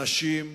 נשים,